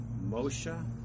Moshe